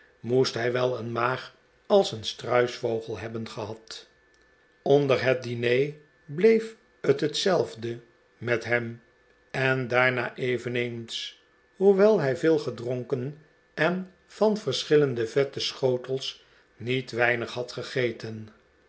moest hij wel een maag als een struisvogel hebben gehad onder het diner bleef t hetzelfde met hem en daarna eveneens hoewel hij veel had gedronken en van verschillende vette schotels niet weinig had gegeten